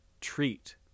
treat